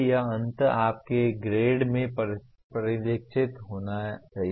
यह अंततः आपके ग्रेड में परिलक्षित होना चाहिए